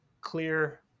clear